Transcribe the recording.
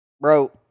Bro